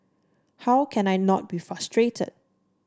how can I not be frustrated